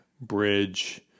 bridge